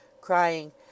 crying